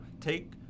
take